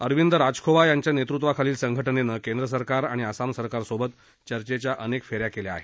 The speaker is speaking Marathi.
अरविंद राजखोवा यांच्या नेतृत्वाखालील संघटनेनं केंद्र सरकार आणि आसाम सरकार सोबत चर्चेच्या अनेक फेऱ्या केल्या आहेत